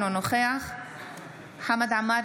אינו נוכח חמד עמאר,